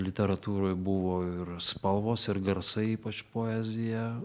literatūroj buvo ir spalvos ir garsai ypač poezija